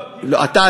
סליחה,